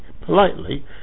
politely